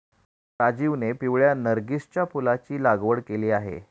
राजीवने पिवळ्या नर्गिसच्या फुलाची लागवड केली आहे